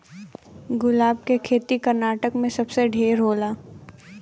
गुलाब के खेती कर्नाटक में सबसे ढेर होला